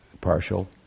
partial